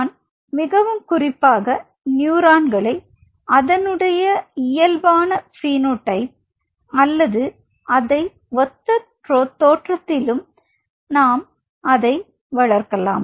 நான் மிகவும் குறிப்பாக நியூரான்களை அதனுடைய இயல்பான பினோடைப் அல்லது அதை ஒத்த தோற்றத்திலும் நாம் அதை வளர்க்கலாம்